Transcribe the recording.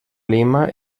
lima